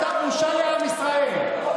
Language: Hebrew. אתה בושה לעם ישראל,